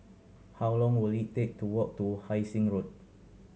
how long will it take to walk to Hai Sing Road